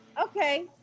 Okay